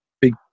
big